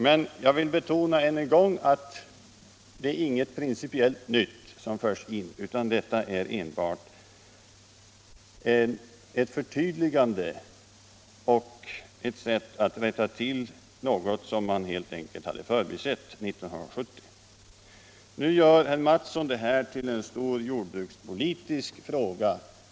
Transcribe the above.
Men jag vill ännu en gång betona att det inte är något principiellt nytt som förs in, utan det är enbart fråga om ett förtydligande och en rättelse av ett förbiseende från år 1970. Herr Mattsson gör det här till en stor jordbrukspolitisk fråga.